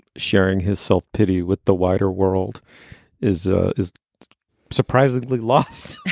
sharing his self pity with the wider world is ah is surprisingly lost